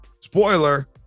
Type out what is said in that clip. spoiler